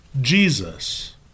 Jesus